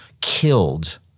killed